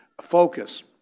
focus